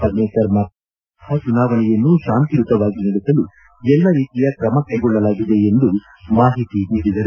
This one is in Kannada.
ಪನ್ನೇಕರ್ ಮಾತನಾಡಿ ಲೋಕಸಭೆ ಚುನಾವಣೆಯನ್ನು ಶಾಂತಿಯುತವಾಗಿ ನಡೆಸಲು ಎಲ್ಲಾ ರೀತಿಯ ಕ್ರಮ ಕೈಗೊಳ್ಳಲಾಗಿದೆ ಎಂದು ಮಾಹಿತಿ ನೀಡಿದರು